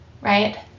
right